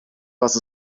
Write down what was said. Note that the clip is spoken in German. was